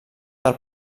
del